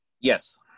yes